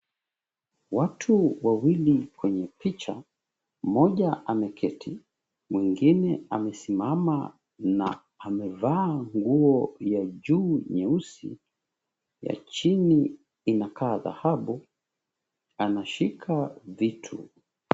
Watu wawili kwenye picha. Mmoja ameketi. Mwingine amesimama na amevaa nguo ya juu nyeusi, ya chini inakaa dhahabu. Anashika vitu.